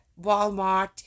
Walmart